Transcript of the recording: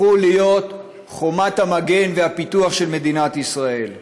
הפכו להיות חומת המגן והפיתוח של מדינת ישראל.